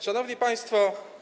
Szanowni Państwo!